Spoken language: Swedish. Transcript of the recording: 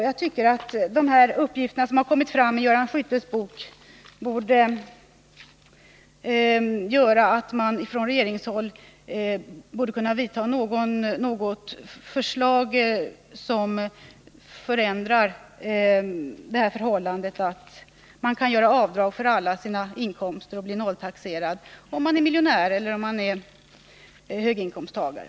Jag tycker att de uppgifter som har kommit fram i Göran Skyttes bok borde leda till att man från regeringshåll utarbetade något förslag som förändrar det förhållandet att man kan göra avdrag för alla sina inkomster och bli nolltaxerad, om man är miljonär eller höginkomsttagare.